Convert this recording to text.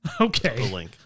Okay